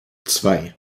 zwei